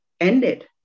ended